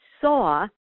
saw